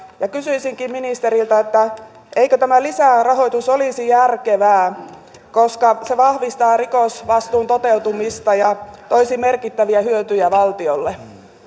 kysyisinkin ministeriltä eikö tämä lisärahoitus olisi järkevää koska se vahvistaa rikosvastuun toteutumista ja toisi merkittäviä hyötyjä valtiolle